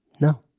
No